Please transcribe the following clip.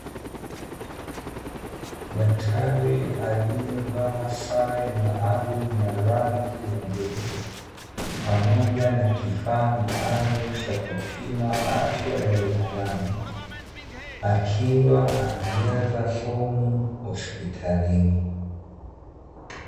Daktari aliyevaa sare maalumu ya rangi ya bluu pamoja na kifaa maalumu, cha kupima afya ya binadamu akiwa anajaza fomu hospitalini.